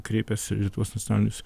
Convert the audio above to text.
kreipęsi į tuos nacionalinius